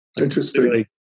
Interesting